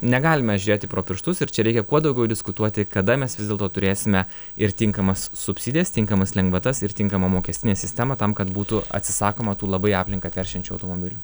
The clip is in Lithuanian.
negalime žiūrėti pro pirštus ir čia reikia kuo daugiau diskutuoti kada mes vis dėlto turėsime ir tinkamas subsidijas tinkamas lengvatas ir tinkamą mokestinę sistemą tam kad būtų atsisakoma tų labai aplinką teršiančių automobilių